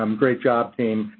um great job team.